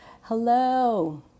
Hello